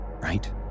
Right